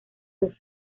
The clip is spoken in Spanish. los